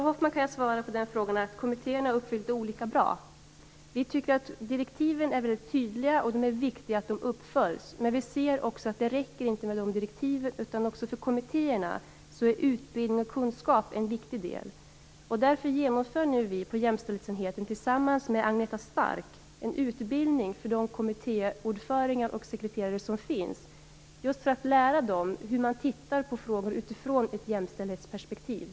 Herr talman! Till Ulla Hoffmann kan jag ge svaret att kommittéerna har uppfyllt jämställdhetsdirektivet olika bra. Direktiven är väldigt tydliga, och det är viktigt att de följs upp. Men vi ser också att det inte räcker med dessa direktiv, utan utbildning och kunskap är också en viktig del för kommittéerna. Därför genomför vi nu på jämställdhetsenheten tillsammans med Agneta Stark en utbildning för kommittéordförande och sekreterare, just för att lära dem hur man ser på frågor utifrån ett jämställdhetsperspektiv.